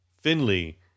Finley